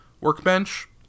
workbench